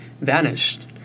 vanished